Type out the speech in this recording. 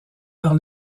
par